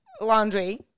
laundry